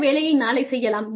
எந்த வேலையை நாளை செய்யலாம்